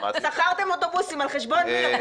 שכרתם אוטובוסים, על חשבון מי?